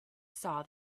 saw